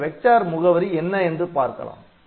இந்த வெக்டர் முகவரி என்ன என்று பார்க்கலாம்